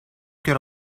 get